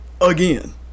again